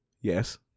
Yes